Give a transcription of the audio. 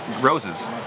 roses